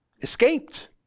escaped